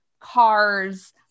cars